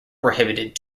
prohibited